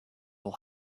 will